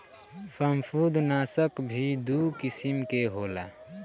फंफूदनाशक भी दू किसिम के होला